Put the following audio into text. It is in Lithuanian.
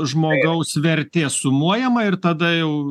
žmogaus vertė sumuojama ir tada jau